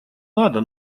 надо